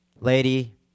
lady